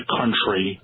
country